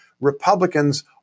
Republicans